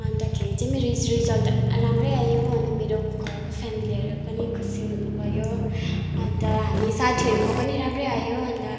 अन्तखेरि चाहिँ मेरो रि रिजल्ट राम्रै आयो अनि मेरो घरको फेमिलीहरू पनि खुसी हुनुभयो अन्त हामी साथीहरूको पनि राम्रै आयो अन्त